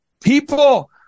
people